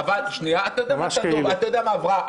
ממש כאילו.